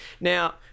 now